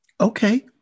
Okay